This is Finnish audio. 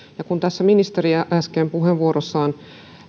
kun tässä ministeri äsken puheenvuorossaan